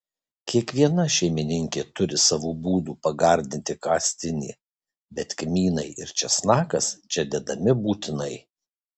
kiekviena šeimininkė turi savų būdų pagardinti kastinį bet kmynai ir česnakas čia dedami būtinai